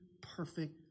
perfect